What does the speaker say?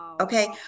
okay